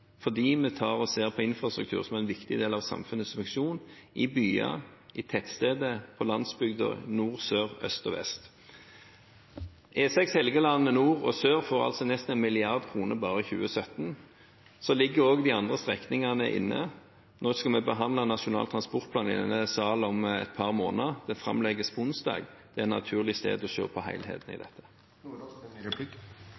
vi ser på infrastruktur som en viktig del av samfunnets funksjoner, i byer, i tettsteder og på landsbygda – nord, sør, øst og vest. E6 Helgeland nord og sør får nesten 1 mrd. kr bare i 2017. Så ligger de andre strekningene inne. Nå skal vi behandle Nasjonal transportplan i denne sal om et par måneder. Den legges fram på onsdag, og der er det naturlig å se på helheten i